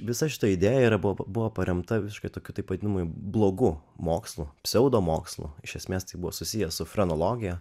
vis šita idėja ir buvo paremta visiškai tokiu taip vadinamųju blogu mokslu pseudomokslu iš esmės tai buvo susiję su chronologija